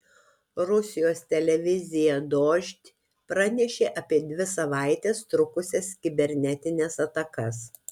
rusijos televizija dožd pranešė apie dvi savaites trukusias kibernetines atakas